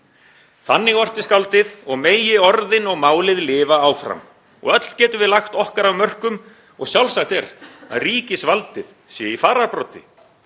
Þannig orti skáldið og megi orðin og málið lifa áfram. Öll getum við lagt okkar af mörkum og sjálfsagt er að ríkisvaldið sé í fararbroddi.